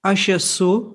aš esu